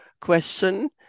question